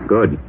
Good